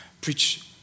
preach